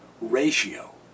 ratio